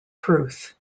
truth